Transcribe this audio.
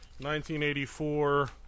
1984